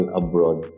abroad